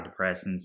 antidepressants